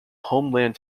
homeland